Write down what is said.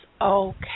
okay